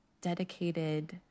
dedicated